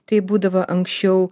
tai būdavo anksčiau